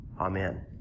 Amen